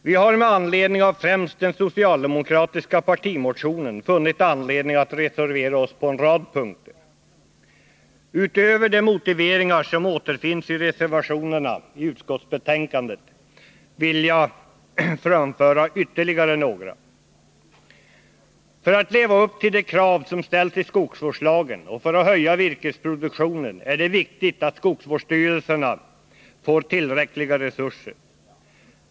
Vi har med anledning av främst den socialdemokratiska partimotionen funnit anledning att reservera oss på en rad punkter. Utöver de motiveringar som återfinns i reservationerna till utskottsbetänkandet vill jag framföra ytterligare några. För att leva upp till de krav som ställs i skogsvårdslagen och för att höja virkesproduktionen är det viktigt att skogsvårdsstyrelserna får tillräckliga resurser.